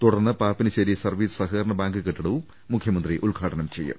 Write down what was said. തുടർന്ന് പാപ്പിനശേരി സർവീസ് സഹകരണ ബാങ്ക് കെട്ടിടവും മുഖ്യമന്ത്രി ഉദ്ഘാടനം ചെയ്യും